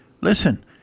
Listen